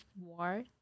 war